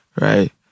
right